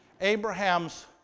Abraham's